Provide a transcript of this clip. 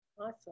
Awesome